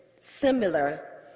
similar